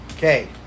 Okay